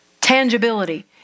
Tangibility